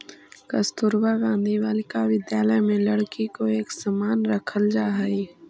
कस्तूरबा गांधी बालिका विद्यालय में लड़की के एक समान रखल जा हइ